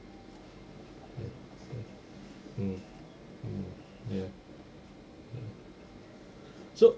mm mm mm mm ya mm so